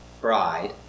bride